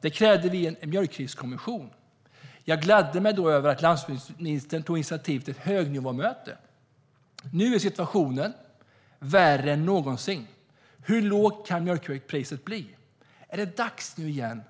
Då krävde vi en mjölkkriskommission. Jag gladde mig då över att landsbygdsministern tog initiativ till ett högnivåmöte. Nu är situationen värre än någonsin. Hur lågt kan mjölkpriset bli? Är det dags nu igen,